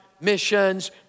missions